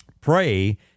pray